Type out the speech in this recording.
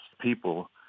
people